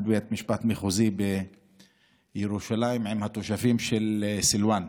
בית המשפט המחוזי בירושלים עם התושבים של סילוואן